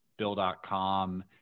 Bill.com